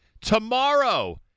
tomorrow